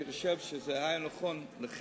אני חושב שזה היה נכון לכם.